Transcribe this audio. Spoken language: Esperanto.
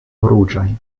ruĝaj